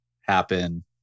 happen